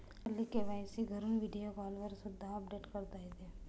हल्ली के.वाय.सी घरून व्हिडिओ कॉलवर सुद्धा अपडेट करता येते